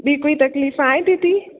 ॿी कोई तकलीफ़ आहे दीदी